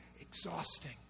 exhausting